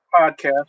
podcast